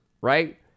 right